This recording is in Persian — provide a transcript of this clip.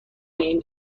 این